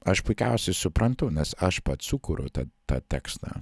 aš puikiausiai suprantu nes aš pats sukuriu tą tą tekstą